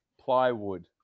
plywood